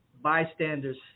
bystanders